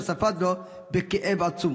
שספד לו בכאב עצום: